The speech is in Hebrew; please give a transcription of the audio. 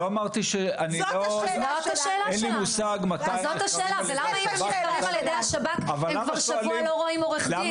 אין לי מושג מתי החקירה על ידי השב"כ ומתי על ידי המשטרה.